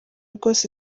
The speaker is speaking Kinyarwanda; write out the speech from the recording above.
rwose